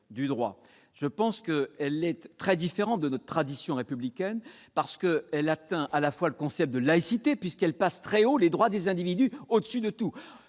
du droit est très différente de notre tradition républicaine. Elle atteint à la fois le concept de laïcité puisqu'elle place très haut les droits des individus, au-dessus de tout